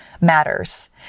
matters